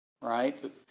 right